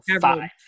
Five